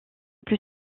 plus